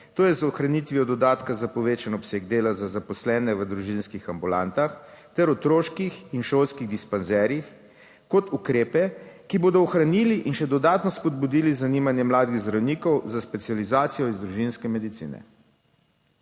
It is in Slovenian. to je z ohranitvijo dodatka za povečan obseg dela za zaposlene v družinskih ambulantah ter otroških in šolskih dispanzerjih kot ukrepe, ki bodo ohranili in še dodatno spodbudili zanimanje mladih zdravnikov za specializacijo iz družinske medicine.